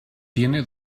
tiene